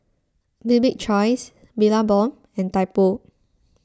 Bibik's Choice Billabong and Typo